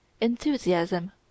enthusiasm